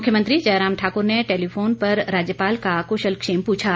मुख्यमंत्री जयराम ठाक्र ने टेलीफोन पर राज्यपाल का कुशलक्षेम पूछा